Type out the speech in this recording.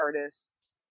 artists